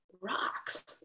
rocks